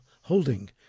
Holding